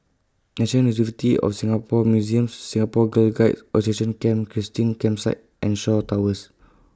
National University of Singapore Museums Singapore Girl Guides Association Camp Christine Campsite and Shaw Towers